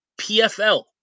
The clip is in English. PFL